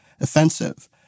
offensive